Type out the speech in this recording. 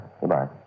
Goodbye